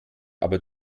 aber